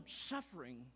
suffering